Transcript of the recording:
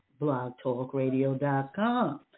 blogtalkradio.com